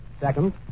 Second